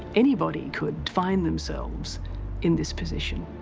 anybody could find themselves in this position.